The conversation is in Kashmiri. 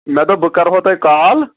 مےٚ دوٚپ بہٕ کرٕہو تۄہہِ کال